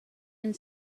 and